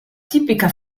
tipica